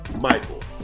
Michael